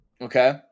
Okay